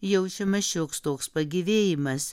jaučiamas šioks toks pagyvėjimas